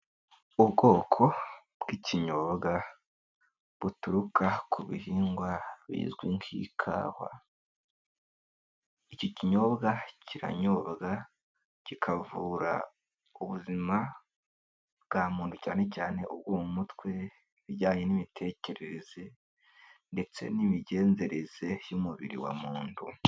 Ubwoko bw'ikinyobwa, buturuka ku bihingwa bizwi nk'ikahwa. Iki kinyobwa kiranyobwa, kikavura ubuzima bwa muntu cyane cyane ubwo mu mutwe, ibijyanye n'imitekerereze, ndetse n'imigenzereze y'umubiri wa muntu.